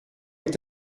est